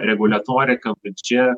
reguliatorika valdžia